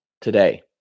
today